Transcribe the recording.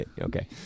Okay